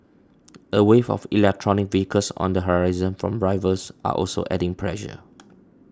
a wave of electric vehicles on the horizon from rivals are also adding pressure